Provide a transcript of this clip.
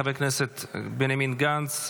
חבר הכנסת בנימין גנץ,